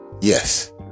yes